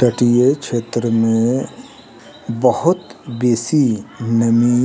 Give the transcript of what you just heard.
तटीय क्षेत्र मे बहुत बेसी नमी